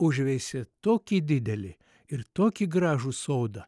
užveisė tokį didelį ir tokį gražų sodą